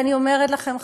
ואני אומרת לכם,